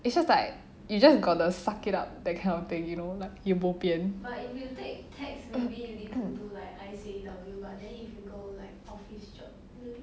it's just like you just got to suck it up that kind of thing you know like you bo pian